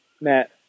Matt